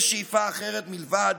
יש שאיפה אחרת מלבד